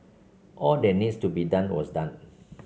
all that needs to be done was done